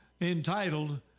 entitled